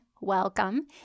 welcome